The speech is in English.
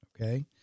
Okay